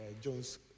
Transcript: Jones